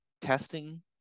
testing